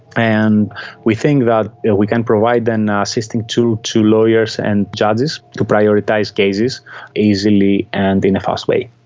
and we think that we can provide then a ah system to to lawyers and judges to prioritise cases easily and in a fast way.